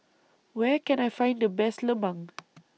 Where Can I Find The Best Lemang